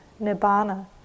nibbana